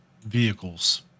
vehicles